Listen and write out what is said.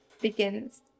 begins